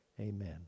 amen